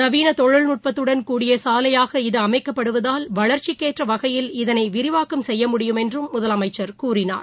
நவீன தொழில்நுட்பத்துடன் கூடிய சாலையாக இது அமைக்கப்டுவதால் வளர்ச்சிக்கேற்ற வகையில் இதனை விரிவாக்கம் செய்ய முடியும் என்றும் முதலமைச்சர் கூறினார்